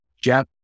Jeff